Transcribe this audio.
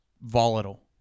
volatile